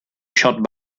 shot